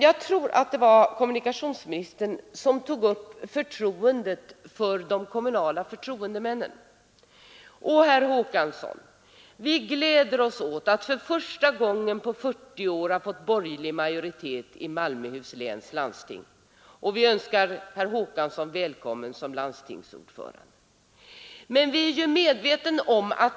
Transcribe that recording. Jag tror att det var kommunikationsministern som berörde förtroendet för de kommunala förtroendemännen. Vi gläder oss åt att för första gången på 40 år ha fått borgerlig majoritet i Malmöhus läns landsting, och vi önskar herr Håkansson välkommen som landstingsordförande.